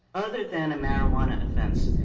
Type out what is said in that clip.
other than a marijuana offense.